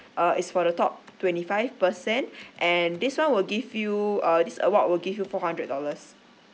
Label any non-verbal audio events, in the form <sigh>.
uh is for the top twenty five percent <breath> and this one will give you uh this award will give you four hundred dollars